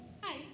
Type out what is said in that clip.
Hi